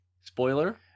spoiler